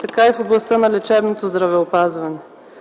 така и в областта на лечебното здравеопазване.